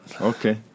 okay